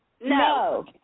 No